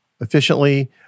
efficiently